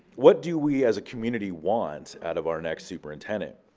what do we as a community want out of our next superintendent?